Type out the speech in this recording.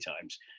times